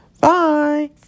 Bye